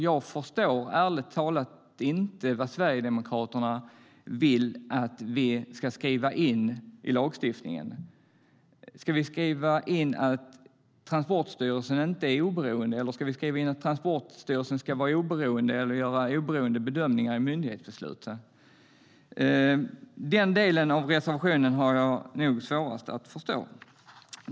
Jag förstår ärligt talat inte vad Sverigedemokraterna vill att vi ska skriva in i lagstiftningen. Ska vi skriva in att Transportstyrelsen inte är oberoende, eller ska vi skriva in att Transportstyrelsen ska vara oberoende eller göra oberoende bedömningar i myndighetsbesluten? Den delen av reservationen har jag nog svårast att förstå.